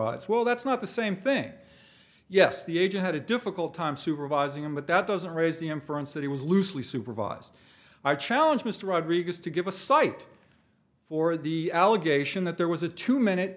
supervise well that's not the same thing yes the agent had a difficult time supervising him but that doesn't raise the inference that he was loosely supervised i challenge mr rodriguez to give a cite for the allegation that there was a two minute